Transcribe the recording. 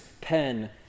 pen